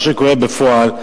מה שקורה בפועל,